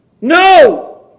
No